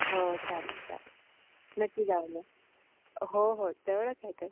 हो चालेल चालेल नक्की जाऊन ये हो हो जवळच आहे तर